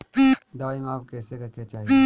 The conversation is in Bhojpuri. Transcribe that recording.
दवाई माप कैसे करेके चाही?